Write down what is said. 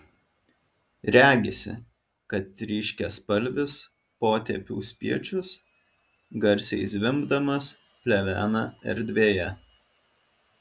regisi kad ryškiaspalvis potėpių spiečius garsiai zvimbdamas plevena erdvėje